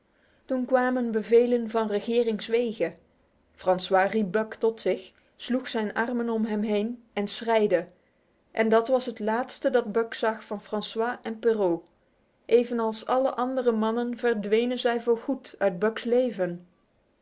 toen kwamen bevelen van regeringswege francois riep buck tot zich sloeg zijn armen om hem heen en schreide en dat was het laatste dat buck zag van francois en perrault evenals alle andere mannen verdwenen zij voor goed uit buck's leven